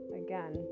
again